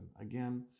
Again